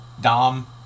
Dom